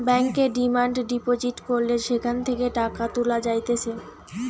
ব্যাংকে demand deposit করলে সেখান থেকে টাকা তুলা যাইতেছে